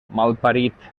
malparit